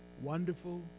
wonderful